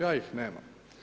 Ja ih nemam.